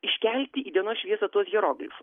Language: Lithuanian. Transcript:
iškelti į dienos šviesą tuos hieroglifus